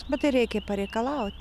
bet tai reikia pareikalauti